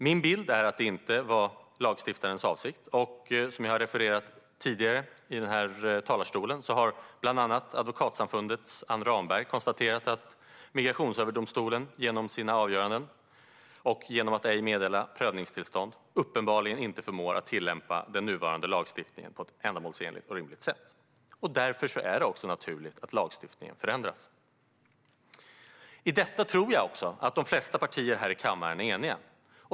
Min bild är att det inte var lagstiftarens avsikt. Som har refererats tidigare i talarstolen har bland annat Advokatsamfundets Anne Ramberg konstaterat att Migrationsöverdomstolen genom sina avgöranden och genom att ej meddela prövningstillstånd uppenbarligen inte förmår att tillämpa den nuvarande lagstiftningen på ett ändamålsenligt och rimligt sätt. Därför är det naturligt att lagstiftningen förändras. I detta tror jag att de flesta partierna här i kammaren är eniga.